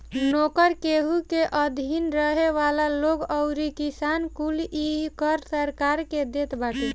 नोकर, केहू के अधीन रहे वाला लोग अउरी किसान कुल इ कर सरकार के देत बाटे